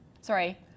Sorry